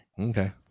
Okay